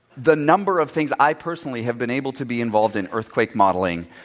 the number of things i personally have been able to be involved in, earthquake modeling,